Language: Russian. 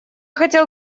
хотел